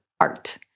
art